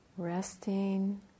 Resting